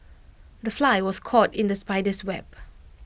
the fly was caught in the spider's web